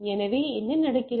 எனவே என்ன நடக்கிறது